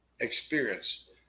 experience